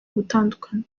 gutandukana